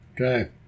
Okay